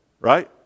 right